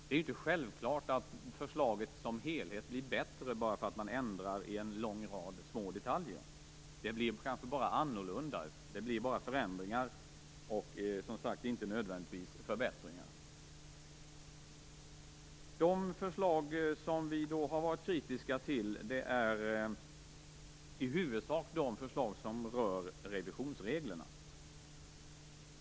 Det är inte självklart att förslaget som helhet blir bättre bara för att man ändrar en lång rad små detaljer. Det blir kanske bara förändringar men inte nödvändigtvis förbättringar. De förslag som vi har varit kritiska till är i huvudsak de förslag som rör revisionsreglerna.